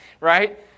right